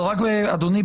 אדוני,